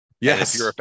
yes